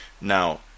Now